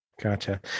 Gotcha